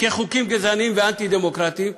כחוקים גזעניים ואנטי-דמוקרטיים?